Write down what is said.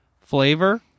flavor